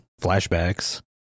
flashbacks